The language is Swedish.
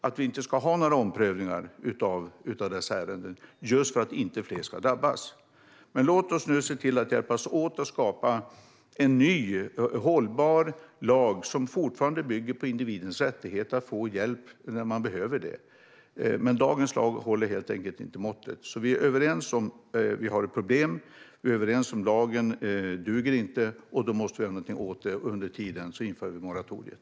Vi ska inte ha några omprövningar av dessa ärenden just för att fler inte ska drabbas. Låt oss nu se till att hjälpas åt att skapa en ny, hållbar lag som fortfarande bygger på individens rättighet att få hjälp när det behövs. Dagens lag håller helt enkelt inte måttet. Vi är alltså överens om att vi har ett problem. Vi är överens om att lagen inte duger, och då måste vi göra någonting åt det. Under tiden inför vi moratoriet.